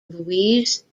louise